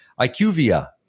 IQVIA